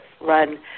run